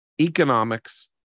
economics